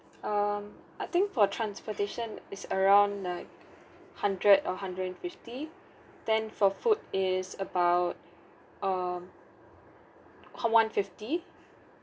um I think for transportation is around like hundred or hundred and fifty then for food is about um one fifty